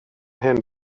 hyn